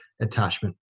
attachment